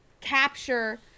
capture